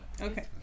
Okay